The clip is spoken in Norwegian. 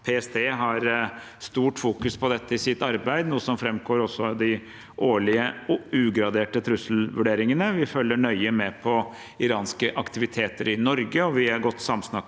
PST, har et sterkt fokus på dette i sitt arbeid, noe som også framgår av de årlige ugraderte trusselvurderingene. Vi følger nøye med på iranske aktiviteter i Norge, og vi er godt samsnakket